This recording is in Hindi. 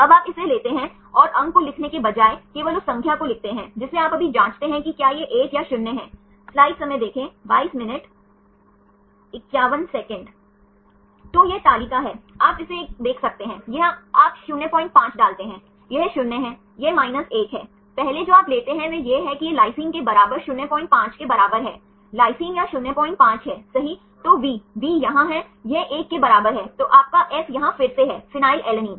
अब आप इसे लेते हैं और अंक को लिखने के बजाय केवल उस संख्या को लिखते हैं जिसे आप अभी जाँचते हैं कि क्या यह 1 या 0 है तो यह तालिका है आप इसे 1 देख सकते हैं यह आप 05 डालते हैं यह 0 है यह 1 है पहले जो आप लेते हैं वह यह है कि यह lysine के बराबर 05 के बराबर है lysine यहाँ 05 है सही तो V वी यहां है यह 1 के बराबर है तो आपका F यहां फिर से है फेनिलएलनिन